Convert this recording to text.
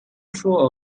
through